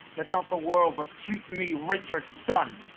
let not the world repute me richard's son.